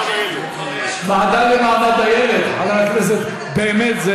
הוועדה למעמד הילד, חבר הכנסת, באמת.